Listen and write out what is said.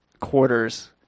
quarters